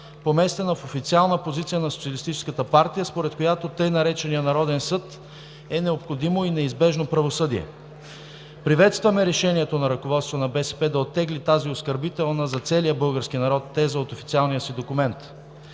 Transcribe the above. поместена в официална позиция на Социалистическата партия, според която така нареченият „Народен съд“ е необходимо и неизбежно правосъдие. Приветстваме решението на ръководството на БСП да оттегли тази оскърбителна за целия български народ теза от официалния си документ.